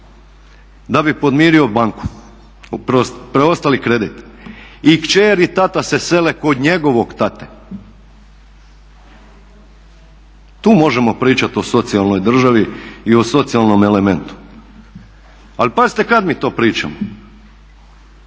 da bi podmirio banku, preostali kredit. I kći i tata se sele kod njegovog tate. Tu možemo pričati o socijalnoj državi i o socijalnom elementu. Ali pazite kada mi to pričamo?